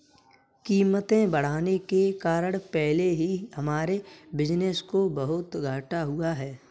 कीमतें बढ़ने के कारण पहले ही हमारे बिज़नेस को बहुत घाटा हुआ है